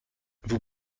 vous